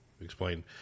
explain